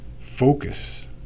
focus